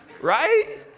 right